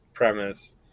premise